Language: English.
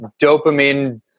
dopamine